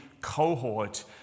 cohort